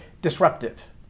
disruptive